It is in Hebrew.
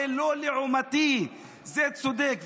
זה לא לעומתי, זה צודק.